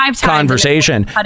Conversation